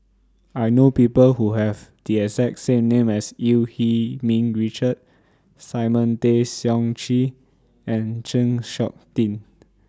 I know People Who Have The exact same name as EU Yee Ming Richard Simon Tay Seong Chee and Chng Seok Tin